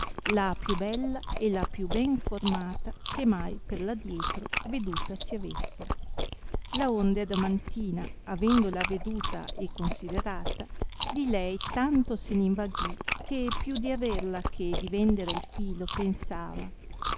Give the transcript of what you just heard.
la più bella e la pili ben formata che mai per adietro veduta si avesse laonde adamantina avendola veduta e considerata di lei tanto se n invaghì che più di averla che di vendere il filo pensava